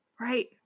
Right